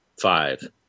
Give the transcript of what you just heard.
five